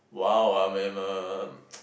!wow! I am a